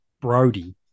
Brody